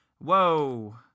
Whoa